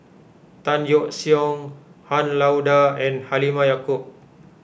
Tan Yeok Seong Han Lao Da and Halimah Yacob